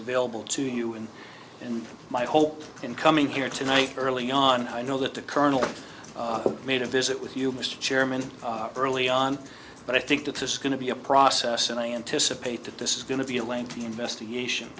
available to you and and my hope in coming here tonight early on i know that the colonel made a visit with you mr chairman early on but i think that this is going to be a process and i anticipate that this is going to be a lengthy investigation